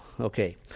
okay